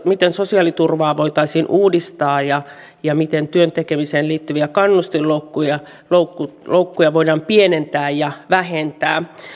miten sosiaaliturvaa voitaisiin uudistaa ja ja miten työn tekemiseen liittyviä kannustinloukkuja voidaan pienentää ja vähentää